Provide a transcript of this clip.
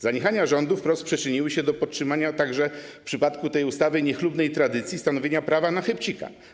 Zaniechania rządu wprost przyczyniły się do podtrzymania także w przypadku tej ustawy niechlubnej tradycji stanowienia prawa na chybcika.